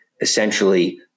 essentially